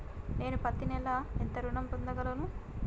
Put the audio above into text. నేను పత్తి నెల ఎంత ఋణం పొందగలను?